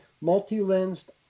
multi-lensed